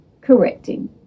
correcting